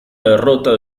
derrota